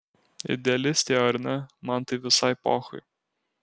idealistė ar ne man tai visai pochui